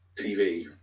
TV